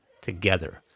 together